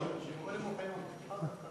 שמעון ראשון.